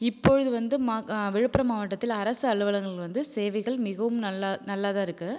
இப்பொழுது வந்து ம விழுப்புரம் மாவட்டத்தில் அரசு அலுவலகங்கள் வந்து சேவைகள் மிகவும் நல்ல நல்லதாக இருக்கு